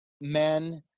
men